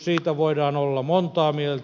siitä voidaan olla montaa mieltä